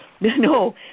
No